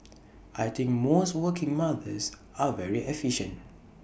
I think most working mothers are very efficient